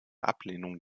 ablehnung